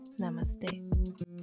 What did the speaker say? namaste